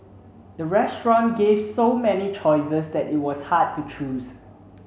the restaurant gave so many choices that it was hard to choose